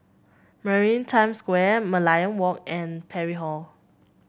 Maritime Square Merlion Walk and Parry Hall